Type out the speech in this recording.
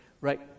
right